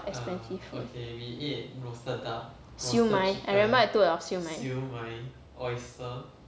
expensive food siew mai I remember I took your siew mai